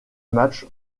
match